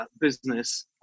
Business